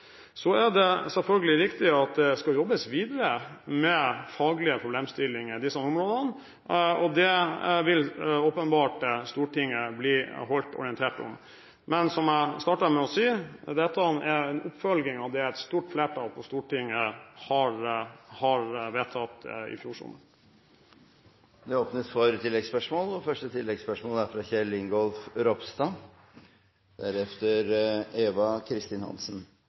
er selvfølgelig riktig at det skal jobbes videre med faglige problemstillinger i disse områdene. Det vil åpenbart Stortinget bli holdt orientert om. Men som jeg startet med å si: Dette er en oppfølging av det et stort flertall på Stortinget vedtok i fjor sommer. Det åpnes for oppfølgingsspørsmål – først Kjell Ingolf Ropstad. Statsråden har for